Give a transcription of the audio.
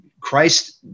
Christ